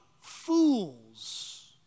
Fools